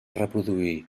reproduir